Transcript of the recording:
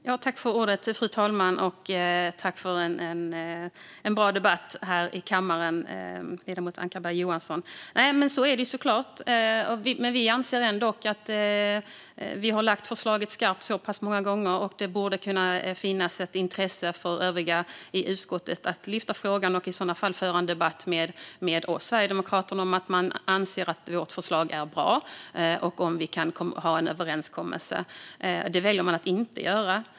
Fru talman! Tack, ledamoten Ankarberg Johansson, för en bra debatt här i kammaren! Så är det såklart, men vi anser ändock att vi har lagt fram förslaget skarpt så pass många gånger och att det borde kunna finnas ett intresse för övriga i utskottet av att lyfta frågan. Man borde i så fall föra en debatt med oss sverigedemokrater om att man anser att vårt förslag är bra och att vi skulle kunna ha en överenskommelse. Men det väljer man att inte göra.